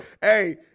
Hey